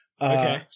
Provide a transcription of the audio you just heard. okay